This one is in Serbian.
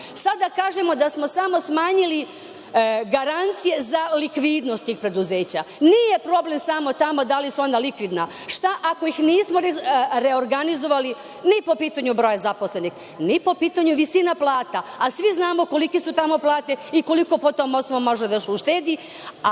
Sada kažemo da smo samo smanjili garancije za likvidnost tih preduzeća. Nije problem samo tamo da li su ona likvidna, šta ako ih nismo reorganizovali ni po pitanju broja zaposlenih, ni po pitanju visina plata, a svi znamo kolike su tamo plate i koliko po tom osnovu može da se uštedi,